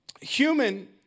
human